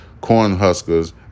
Cornhuskers